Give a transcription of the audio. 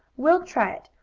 we'll try it!